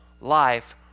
life